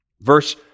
Verse